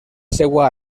seua